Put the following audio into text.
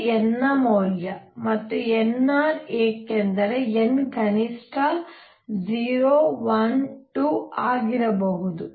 ಅದು n ನ ಮೌಲ್ಯ ಮತ್ತು nr ಏಕೆಂದರೆ n ಕನಿಷ್ಠ 0 1 2 ಆಗಿರಬಹುದು